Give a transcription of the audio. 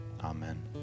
Amen